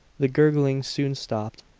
the gurgling soon stopped.